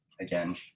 again